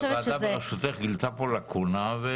הוועדה בראשותך גילתה פה לאקונה.